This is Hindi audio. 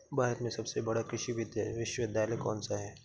भारत में सबसे बड़ा कृषि विश्वविद्यालय कौनसा है?